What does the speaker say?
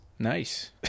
Nice